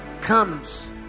comes